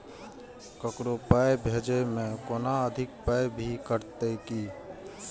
ककरो पाय भेजै मे कोनो अधिक पाय भी कटतै की?